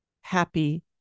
happy